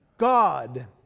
God